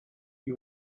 you